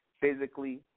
physically